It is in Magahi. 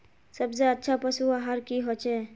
सबसे अच्छा पशु आहार की होचए?